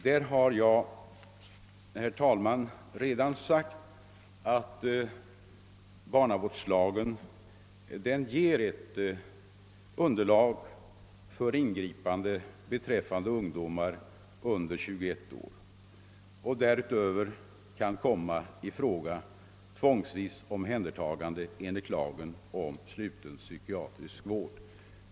På den punkten har jag redan sagt, att barnavårdslagen ger ett underlag för ingripande beträffande ungdomar under 21 år. Därutöver kan det komma i fråga omhändertagande tvångsvis enligt lagen om sluten psykiatrisk vård.